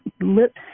lip